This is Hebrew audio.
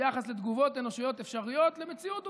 ביחס לתגובות אנושיות אפשריות למציאות עובדתית,